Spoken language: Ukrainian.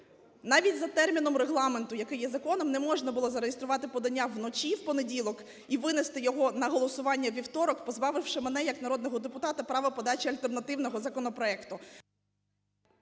Навіть за терміном Регламенту, який є законом, не можна було зареєструвати подання вночі в понеділок і винести його на голосування у вівторок, позбавивши мене як народного депутата права подачі альтернативного законопроекту.